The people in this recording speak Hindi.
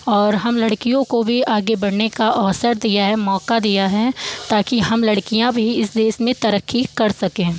और हम लड़कियों को भी आगे बढ़ने का अवसर दिया है मौका दिया है ताकि हम लड़कियाँ भी इस देश में तरक्की कर सकें